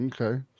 okay